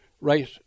right